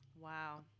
Wow